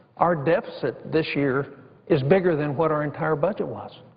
our deficit this year is bigger than what our entire budget was.